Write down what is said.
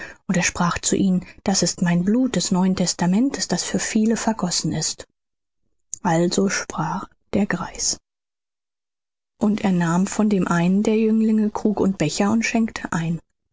und er sprach zu ihnen das ist mein blut des neuen testamentes das für viele vergossen ist also der greis und er nahm von dem einen der jünglinge krug und becher und schenkte ein